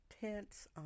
tents